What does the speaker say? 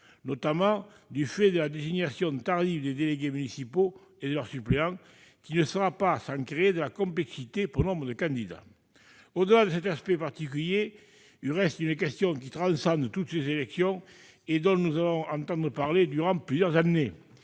notamment du fait de la désignation tardive des délégués municipaux et de leurs suppléants, qui n'ira pas sans créer de la complexité pour nombre de candidats. Au-delà de cet aspect particulier, il reste une question qui transcende toutes ces élections, et dont nous allons entendre parler durant plusieurs années.